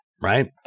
right